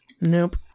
Nope